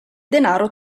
denaro